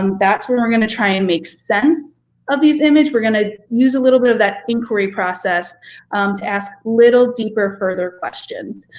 um that's when we're gonna try and make sense of this image. we're gonna use a little bit of that inquiry process to ask little deeper further questions.